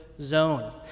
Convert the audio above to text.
zone